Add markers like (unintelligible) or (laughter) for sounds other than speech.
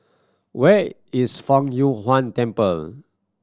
where is Fang Yuan (unintelligible) Temple